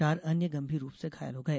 चार अन्य गम्भीर रूप से घायल हो गए